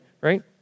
Right